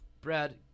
Brad